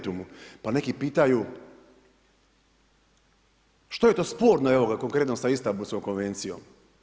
Pa neki pitaju što je to sporno evo ga konkretno sa Istambulskom konvencijom?